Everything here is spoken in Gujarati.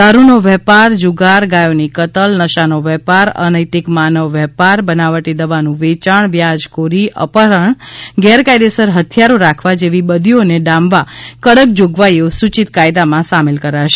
દારૂનો વેપાર જુગાર ગાયોની કતલ નશાનો વેપાર અનૈતિક માનવ વેપાર બનાવટી દવાનું વેચાણ વ્યાજખોરી અપહરણ ગેરકાયદેસર હથિયારો રાખવા જેવી બદીઓને ડામવા કડક જોગવાઇઓ સૂચિત કાયદા માં સામેલ કરાશે